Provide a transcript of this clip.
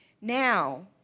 Now